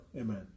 Amen